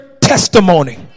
testimony